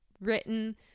written